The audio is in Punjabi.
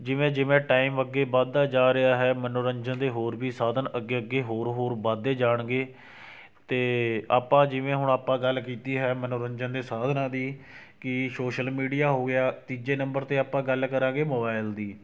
ਜਿਵੇਂ ਜਿਵੇਂ ਟਾਈਮ ਅੱਗੇ ਵੱਧਦਾ ਜਾ ਰਿਹਾ ਹੈ ਮਨੋਰੰਜਨ ਦੇ ਹੋਰ ਵੀ ਸਾਧਨ ਅੱਗੇ ਅੱਗੇ ਹੋਰ ਹੋਰ ਵੱਧਦੇ ਜਾਣਗੇ ਅਤੇ ਆਪਾਂ ਜਿਵੇਂ ਹੁਣ ਆਪਾਂ ਗੱਲ ਕੀਤੀ ਹੈ ਮਨੋਰੰਜਨ ਦੇ ਸਾਧਨਾਂ ਦੀ ਕਿ ਸੋਸ਼ਲ ਮੀਡੀਆ ਹੋ ਗਿਆ ਤੀਜੇ ਨੰਬਰ 'ਤੇ ਆਪਾਂ ਗੱਲ ਕਰਾਂਗੇ ਮੋਬਾਈਲ ਦੀ